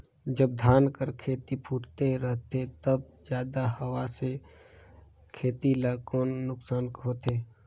जब धान कर खेती फुटथे रहथे तब जादा हवा से खेती ला कौन नुकसान होथे?